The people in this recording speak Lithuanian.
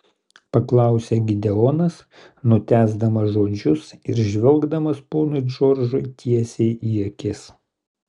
paklausė gideonas nutęsdamas žodžius ir žvelgdamas ponui džordžui tiesiai į akis